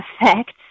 effects